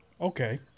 okay